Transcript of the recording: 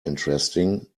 interesting